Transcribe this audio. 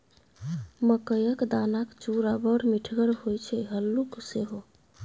मकई क दानाक चूड़ा बड़ मिठगर होए छै हल्लुक सेहो